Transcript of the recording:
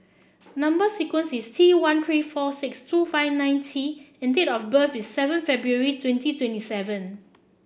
number sequence is T one three four six two five nine T and date of birth is seven February twenty twenty seven